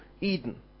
Eden